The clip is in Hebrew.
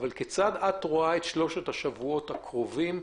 כיצד את רואה את שלושת השבועות הקרובים,